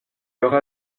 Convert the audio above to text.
aura